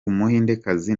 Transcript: umuhindekazi